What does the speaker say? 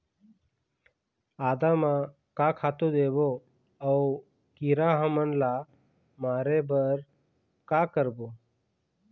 आदा म का खातू देबो अऊ कीरा हमन ला मारे बर का करबो?